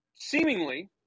seemingly